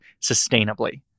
sustainably